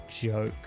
joke